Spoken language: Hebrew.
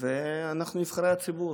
אנחנו נבחרי הציבור,